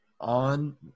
on